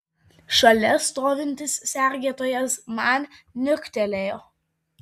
šalia stovintis sergėtojas man niuktelėjo